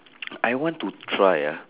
I want to try ah